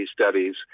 studies